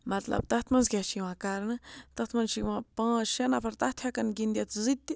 مطلب تَتھ منٛز کیٛاہ چھِ یِوان کَرنہٕ تَتھ منٛز چھِ یِوان پانٛژھ شےٚ نَفر تَتھ ہٮ۪کَن گِنٛدِتھ زٕ تہِ